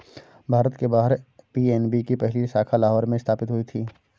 भारत के बाहर पी.एन.बी की पहली शाखा लाहौर में स्थापित हुई थी